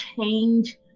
change